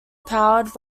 powered